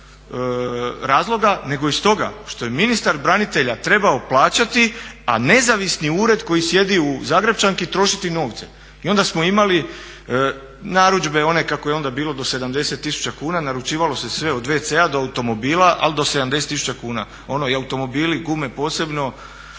razloga nego i stoga što je ministar branitelja trebao plaćati, a nezavisni ured koji sjedi u Zagrepčanki trošiti novce. I onda smo imali narudžbe one kako je onda bilo do 70 tisuća kuna, naručivalo se sve od wc-a do automobila, ali do 70 tisuća kuna. Ono i automobili, gume posebno,